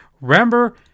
Remember